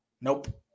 Nope